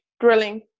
drilling